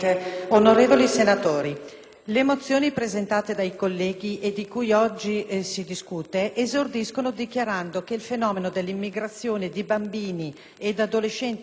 le mozioni presentate dai colleghi e di cui oggi si discute esordiscono dichiarando che il fenomeno dell'immigrazione di bambini e adolescenti stranieri nel nostro Paese